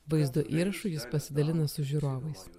vaizdo įrašu jis pasidalina su žiūrovais